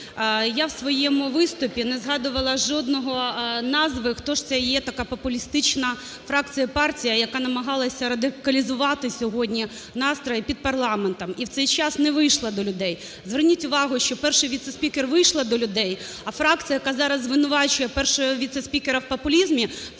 Я у своєму виступі не згадувала жодної назви, хто ж це є така популістична фракція-партія, яка намагалася радикалізувати сьогодні настрої під парламентом, і у цей час не вийшла до людей. Зверніть увагу, що Перший віце-спікер вийшла до людей, а фракція, яка зараз звинувачує Першого віце-спікера у популізмі,